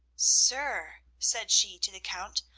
sir, said she to the count,